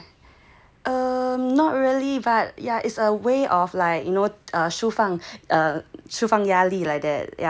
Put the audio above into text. um not really yeah it's a way of life you know uh 释放释放压力 like that